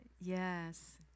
Yes